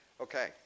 Okay